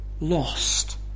lost